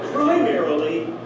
primarily